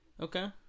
Okay